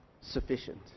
sufficient